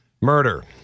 Murder